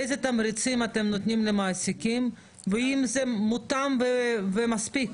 איזה תמריצים אתם נותנים למעסיקים והאם זה מותאם ומספיק.